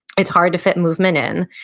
it's hard to fit movement in,